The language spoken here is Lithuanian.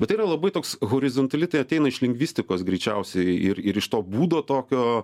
bet tai yra labai toks horizontali tai ateina iš lingvistikos greičiausiai ir ir iš to būdo tokio